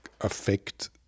affect